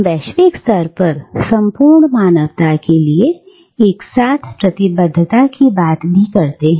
हम वैश्विक स्तर पर संपूर्ण मानवता के लिए एक साथ प्रतिबद्धता की बात भी करते हैं